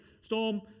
storm